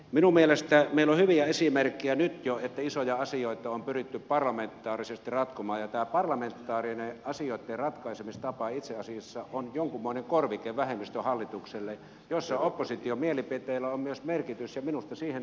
minun mielestäni meillä on hyviä esimerkkejä nyt jo että isoja asioita on pyritty parlamentaarisesti ratkomaan ja tämä parlamentaarinen asioitten ratkaisemistapa itse asiassa on jonkunmoinen korvike vähemmistöhallitukselle jossa opposition mielipiteillä on myös merkitys ja minusta siihen suuntaan pitäisi pyrkiä